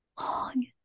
long